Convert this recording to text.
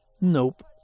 Nope